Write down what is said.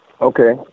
Okay